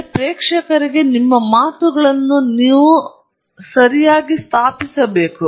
ಆ ಪ್ರೇಕ್ಷಕರಿಗೆ ಸಂಬಂಧಿಸಿದಂತೆ ನಿಮ್ಮ ಮಾತುಗಳನ್ನು ನೀವು ಹೇಗೆ ಮರುಸ್ಥಾಪಿಸಬೇಕು